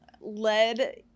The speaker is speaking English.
led